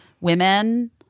women